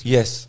Yes